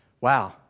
wow